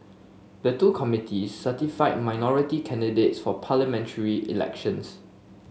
the two committees certify minority candidates for parliamentary elections